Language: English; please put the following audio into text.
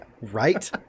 right